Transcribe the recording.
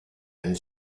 and